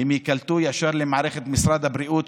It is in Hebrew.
ייקלטו ישר במערכת משרד הבריאות,